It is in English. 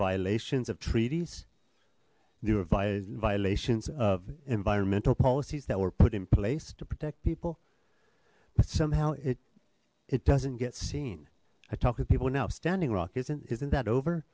violations of treaties they were violations of environmental policies that were put in place to protect people but somehow it it doesn't get seen i talk with people now standing rock isn't isn't that over